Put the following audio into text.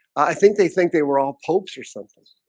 i think they think they were all pope's or something